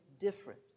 different